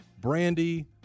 Brandy